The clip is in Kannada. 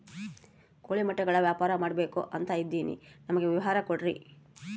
ಕೋಳಿ ಮೊಟ್ಟೆಗಳ ವ್ಯಾಪಾರ ಮಾಡ್ಬೇಕು ಅಂತ ಇದಿನಿ ನನಗೆ ವಿವರ ಕೊಡ್ರಿ?